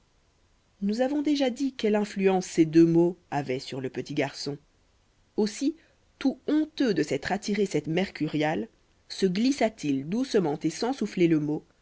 nous avons déjà dit quelle influence ces deux mots avaient sur le petit garçon aussi tout honteux de s'être attiré cette mercuriale se glissa t il doucement et sans souffler le mot